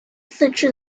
自治